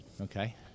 Okay